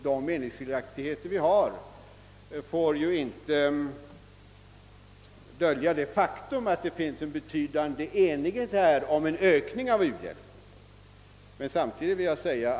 De meningsskiljaktigheter vi har får ju inte dölja det faktum att det råder betydande enighet om en ökning av u-hjälpen.